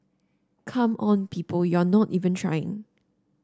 come on people you're not even trying